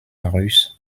russe